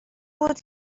بود